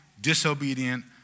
disobedient